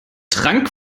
trank